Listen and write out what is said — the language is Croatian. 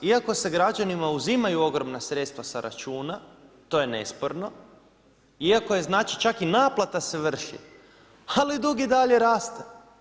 Iako se građanima uzimaju ogromna sredstva sa računa, to je nesporno, iako je znači čak i naplata se vrši, ali dug i dalje raste.